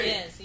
Yes